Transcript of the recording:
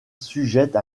sujette